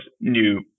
new